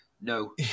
No